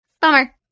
Bummer